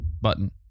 Button